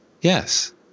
yes